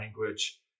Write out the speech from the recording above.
language